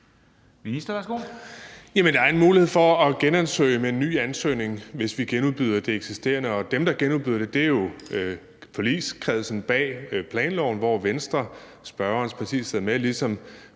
der er mulighed for at genansøge med en ny ansøgning, hvis vi genudbyder det eksisterende, og dem, der genudbyder det, er jo forligskredsen bag planloven, hvor Venstre, spørgerens parti, sidder med, ligesom